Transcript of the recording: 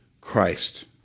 Christ